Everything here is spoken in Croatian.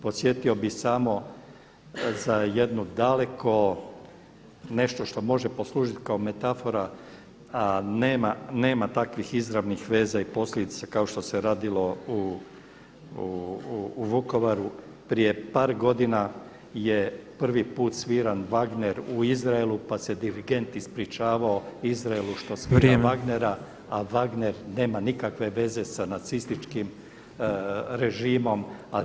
Podsjetio bih samo za jednu daleko nešto što može poslužiti kao metafora nema takvih izravnih veza i posljedica kao što se radilo u Vukovaru prije par godina je prvi put sviran Wagner u Izraelu, pa se dirigent ispričavao Izraelu što što svira Wagnera [[Upadica predsjednik: Vrijeme.]] a Wagner nema nikakve veze sa nacističkim režimom.